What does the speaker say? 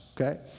okay